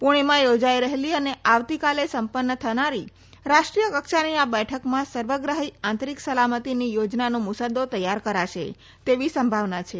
પૂણેમાં યોજાઇ રહેલી અને આવતીકાલે સંપન્ન થનારી રાષ્ટ્રીય કક્ષાની આ બેઠકમાં સર્વગ્રાઠી આંતરિક સલામતીની યોજનાનો મુસદ્દો તૈયાર કરાશે તેવી સંભાવના છે